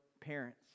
parents